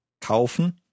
Kaufen